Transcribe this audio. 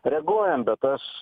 reaguojam bet aš